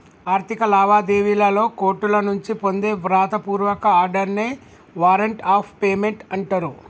ఆర్థిక లావాదేవీలలో కోర్టుల నుంచి పొందే వ్రాత పూర్వక ఆర్డర్ నే వారెంట్ ఆఫ్ పేమెంట్ అంటరు